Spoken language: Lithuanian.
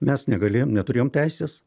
mes negalėjom neturėjom teisės